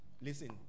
Listen